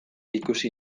ikusi